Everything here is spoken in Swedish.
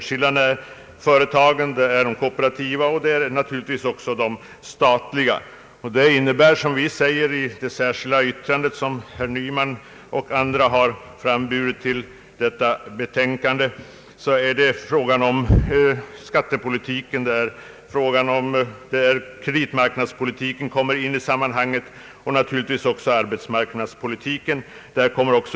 Som framgår av det särskilda yttrandet av herr Nyman m.fl. är det fråga om skattepolitik, kreditpolitik och naturligtvis också arbetsmarknadspolitik.